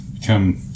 become